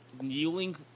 kneeling